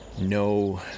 no